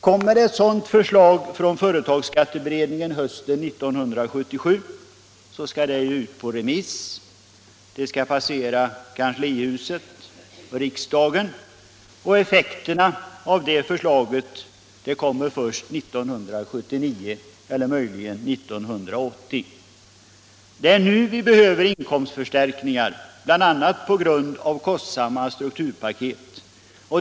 Kommer ett sådant förslag från företagsskatteberedningen hösten 1977 skall det ut på remiss, det skall passera kanslihuset och riksdagen och effekterna av förslaget kommer först 1979 eller möjligen 1980. Det är nu vi behöver inkomstförstärkningar, bl.a. på grund av kostsamma strukturpaket.